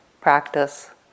practice